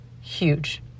huge